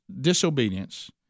disobedience